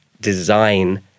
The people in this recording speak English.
design